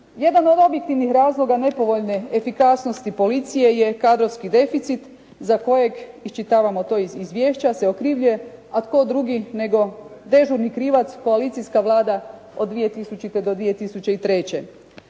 Jedan od objektivnih razloga nepovoljne efikasnosti policije je kadrovski deficit za kojeg iščitavamo to iz izvješća se okrivljuje a tko drugi nego dežurni krivac koalicijska Vlada od 2000. do 2003.